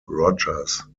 rogers